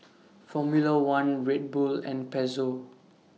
Formula one Red Bull and Pezzo